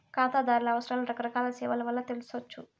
కాతాదార్ల అవసరాలు రకరకాల సేవల్ల వల్ల తెర్సొచ్చు